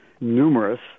numerous